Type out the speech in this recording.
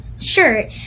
shirt